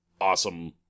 awesome